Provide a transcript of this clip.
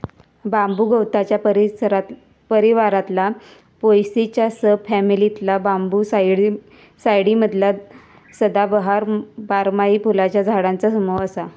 बांबू गवताच्या परिवारातला पोएसीच्या सब फॅमिलीतला बांबूसाईडी मधला सदाबहार, बारमाही फुलांच्या झाडांचा समूह असा